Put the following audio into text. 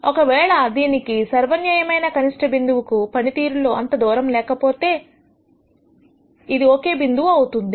ఒకవేళ దీనికి సర్వన్వయమైన కనిష్ట బిందువు కు పనితీరు లో అంత దూరం లేకపోతే ఇది ఓకే బిందువు అవుతుంది